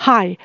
Hi